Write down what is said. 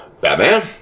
Batman